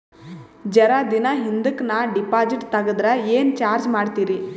ಜರ ದಿನ ಹಿಂದಕ ನಾ ಡಿಪಾಜಿಟ್ ತಗದ್ರ ಏನ ಚಾರ್ಜ ಮಾಡ್ತೀರಿ?